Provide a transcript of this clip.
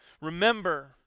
Remember